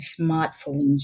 smartphones